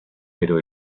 pero